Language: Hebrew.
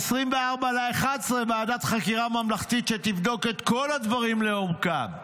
ב-24 בנובמבר: ועדת חקירה ממלכתית שתבדוק את כל הדברים לעומקם.